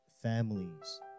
families